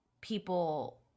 people